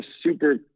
super